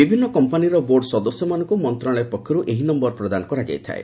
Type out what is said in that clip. ବିଭିନ୍ନ କମ୍ପାନିର ବୋର୍ଡ ସଦସ୍ୟମାନଙ୍କୁ ମନ୍ତ୍ରଣାଳୟ ପକ୍ଷରୁ ଏହି ନମ୍ଭର ପ୍ରଦାନ କରାଯାଇଥାଏ